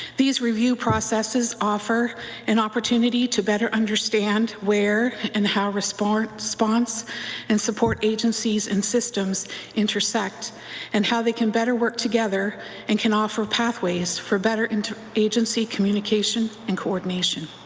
these review processes offer an opportunity to better understand where and how response response and support agencies and systems intersect and how they can better work together and can offer pathways for better agency communication and co-ordination.